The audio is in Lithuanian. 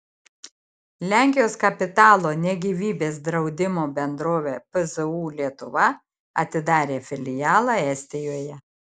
lenkijos kapitalo ne gyvybės draudimo bendrovė pzu lietuva atidarė filialą estijoje